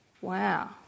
Wow